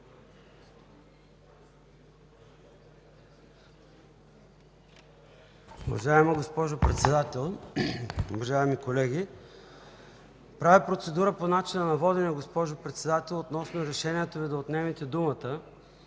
Уважаема госпожо Председател, уважаеми колеги! Правя процедура по начина на водене, госпожо Председател, относно решението Ви да отнемете думата